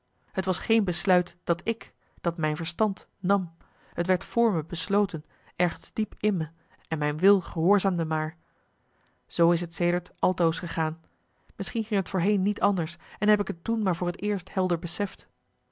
het was geen besluit dat ik dat mijn verstand nam t werd voor me besloten ergens diep in me en mijn wil gehoorzaamde maar zoo is t sedert altoos gegaan misschien ging t voorheen niet anders en heb ik t toen maar voor t eerst helder beseft